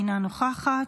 אינה נוכחת,